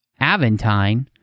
Aventine